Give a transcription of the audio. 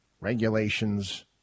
Regulations